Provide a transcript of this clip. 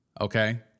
okay